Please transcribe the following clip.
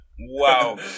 wow